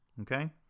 Okay